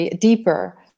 deeper